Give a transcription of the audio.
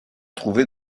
trouvé